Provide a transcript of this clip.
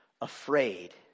afraid